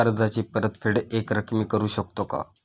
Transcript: कर्जाची परतफेड एकरकमी करू शकतो का?